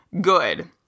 good